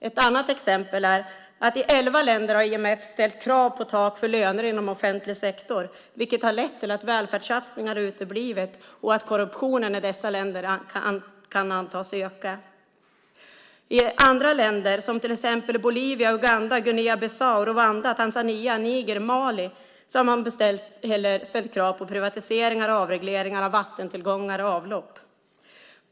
Ytterligare ett exempel är att i elva länder har IMF ställt krav på tak för löner inom offentlig sektor, vilket har lett till att välfärdssatsningar har uteblivit och att korruptionen i dessa länder kan antas öka. I andra länder, som till exempel Bolivia och Uganda, Guinea Bissau, Rwanda, Tanzania, Niger och Mali, har man ställt krav på privatiseringar och avregleringar av vattentillgångar och avlopp.